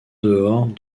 dehors